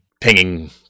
pinging